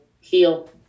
heal